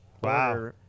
Wow